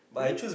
really